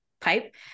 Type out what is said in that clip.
pipe